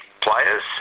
players